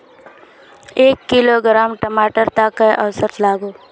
एक किलोग्राम टमाटर त कई औसत लागोहो?